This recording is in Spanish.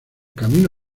camino